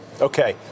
Okay